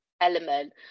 element